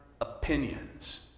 opinions